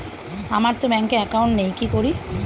আমারতো ব্যাংকে একাউন্ট নেই কি করি?